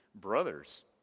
brothers